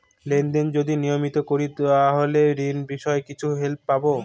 Lane দেন যদি নিয়মিত করি তাহলে ঋণ বিষয়ে কিছু হেল্প পাবো?